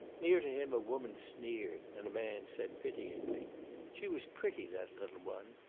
near to him a woman sneered, and a man said, pityingly she was pretty, that little one.